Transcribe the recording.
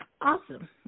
Awesome